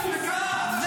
בפרצוף.